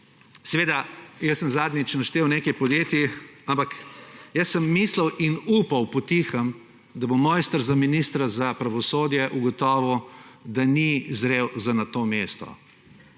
seveda, jaz sem zadnjič naštel nekaj podjetij, ampak, jaz sem mislil in upal po tihem, da bo mojster za ministra za pravosodje ugotovil, da ni zrel za na to mesto.